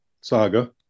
saga